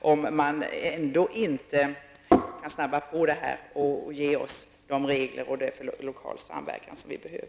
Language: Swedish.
om han ändå inte kan snabba på och ge oss de regler för lokal samverkan som vi behöver.